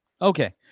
Okay